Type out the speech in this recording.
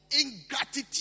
ingratitude